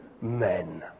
men